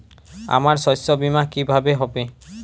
আমার শস্য বীমা কিভাবে হবে?